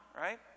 right